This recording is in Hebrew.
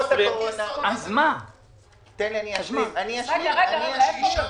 אני אשלים, אני אשלים.